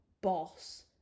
boss